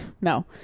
No